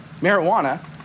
marijuana